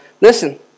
Listen